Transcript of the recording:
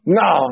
no